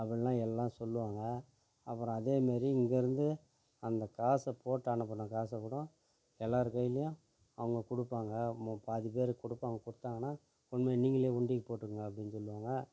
அப்படிலாம் எல்லாம் சொல்லுவாங்க அப்புறோம் அதேமாதிரி இங்கேருந்து அந்த காசைப் போட்டு அனுப்பின காசை கூடம் எல்லார் கையிலையும் அவங்க கொடுப்பாங்க அம்மா பாதி பேரு கொடுப்பாங்க கொடுத்தாங்கனா கொண்டுபோய் நீங்களே உண்டிக்கு போட்டுடுங்க அப்படினு சொல்லுவாங்க